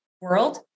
world